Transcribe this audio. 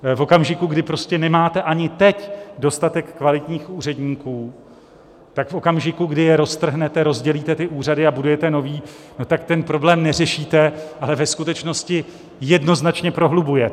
V okamžiku, kdy nemáte ani teď dostatek kvalitních úředníků, tak v okamžiku, kdy je roztrhnete, rozdělíte ty úřady a budujete nový, tak ten problém neřešíte, ale ve skutečnosti jednoznačně prohlubujete.